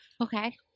Okay